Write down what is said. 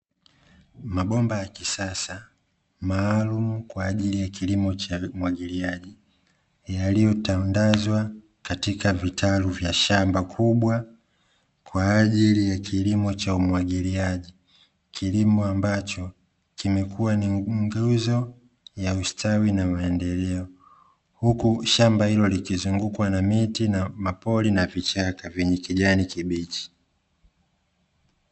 Mabomba ya kisasa maalumu kwa ajili ya kilimo cha umwagiliaji, yaliyotandazwa katika vitalu vya shamba kubwa kwa ajili ya kilimo cha umwagiliaji. Kilimo ambacho kímekua ni nguzo ya ustawi na maendeleo. Huku shamba hilo likizungukwa na miti, mapori na vichaka; vyenye kijani kibichi.